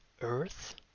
Earth